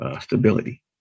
stability